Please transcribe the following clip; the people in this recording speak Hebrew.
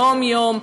יום-יום,